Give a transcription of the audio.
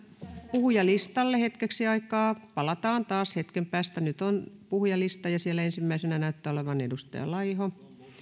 puhujalistalle hetkeksi aikaa palataan taas hetken päästä nyt on puhujalista ja siellä ensimmäisenä näyttää olevan edustaja laiho